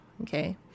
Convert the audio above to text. okay